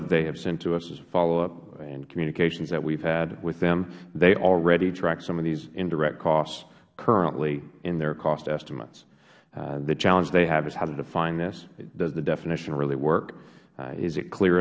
that they have sent to us as a follow up and communications that we have had with them they already track some of these indirect costs currently in their cost estimates the challenge they have is how to define this does the definition really work is it clear